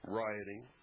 rioting